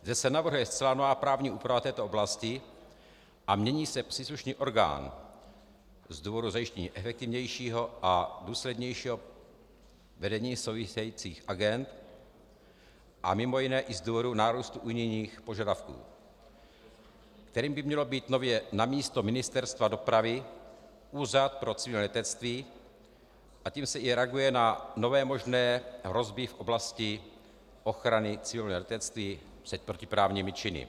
Zde se navrhuje zcela nová právní úprava této oblasti a mění se příslušný orgán z důvodu zajištění efektivnějšího a důslednějšího vedení souvisejících agend a mimo jiné i z důvodu nárůstu unijních požadavků, kterým by měl být nově namísto Ministerstva dopravy Úřad pro civilní letectví, a tím se i reaguje na nové možné hrozby v oblasti ochrany civilního letectví před protiprávními činy.